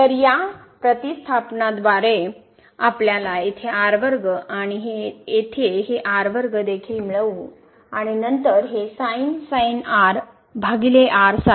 तर या प्रतिस्थानाद्वारे आपल्याला येथे आणि येथे हे देखील मिळवू आणि नंतर हे सारखे असेल